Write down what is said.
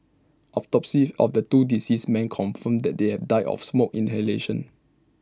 autopsies on the two deceased men confirmed that they have died of smoke inhalation